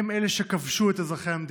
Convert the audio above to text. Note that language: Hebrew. הם אלה שכבשו את אזרחי המדינה,